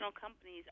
companies